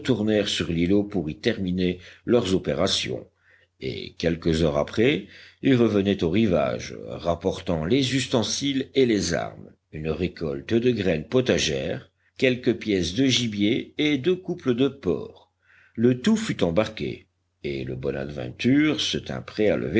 sur l'îlot pour y terminer leurs opérations et quelques heures après ils revenaient au rivage rapportant les ustensiles et les armes une récolte de graines potagères quelques pièces de gibier et deux couples de porcs le tout fut embarqué et le bonadventure se tint prêt